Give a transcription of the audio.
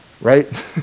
right